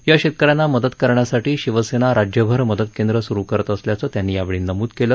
या शेतकऱ्यांना मदत करण्यासाठी शिवसेना राज्यभर मदत केंद्रं सुरू करत असल्याचं त्यांनी यावेळी नमुद केलं